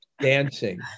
dancing